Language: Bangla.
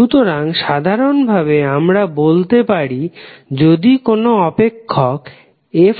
সুতরাং সাধারাণ ভাবে আমরা বলতে পারি যদি কোন অপেক্ষক